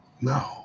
No